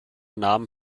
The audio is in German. namen